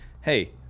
hey